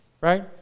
right